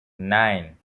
nine